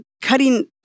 cutting